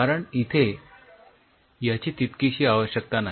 कारण इथे याची तितकीशी आवश्यकता नाही